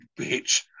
bitch